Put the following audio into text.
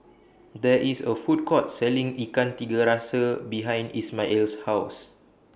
There IS A Food Court Selling Ikan Tiga Rasa behind Ismael's House